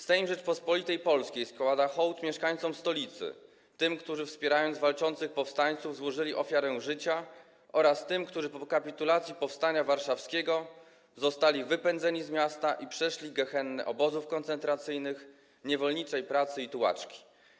Sejm Rzeczypospolitej Polskiej składa hołd mieszkańcom stolicy: tym, którzy wspierając walczących powstańców, złożyli ofiarę życia, oraz tym, którzy po kapitulacji Powstania Warszawskiego zostali wypędzeni z miasta i przeszli gehennę obozów koncentracyjnych, niewolniczej pracy i tułaczki.